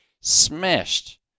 smashed